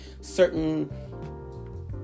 certain